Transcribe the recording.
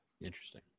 Interesting